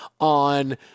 on